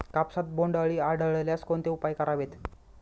कापसात बोंडअळी आढळल्यास कोणते उपाय करावेत?